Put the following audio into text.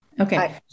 Okay